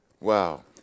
Wow